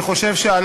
אני חושב,